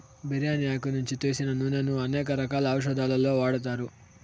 బిర్యాని ఆకు నుంచి తీసిన నూనెను అనేక రకాల ఔషదాలలో వాడతారు